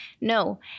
No